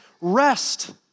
rest